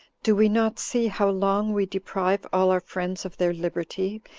do we not see how long we deprive all our friends of their liberty,